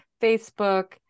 Facebook